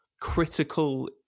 critical